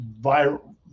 viral